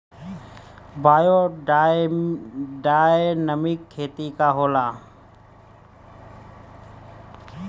Biodynamic खेती का होला?